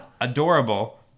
Adorable